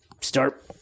start